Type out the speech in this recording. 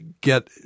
get